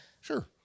Sure